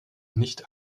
nicht